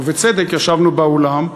ובצדק, ישבנו באולם,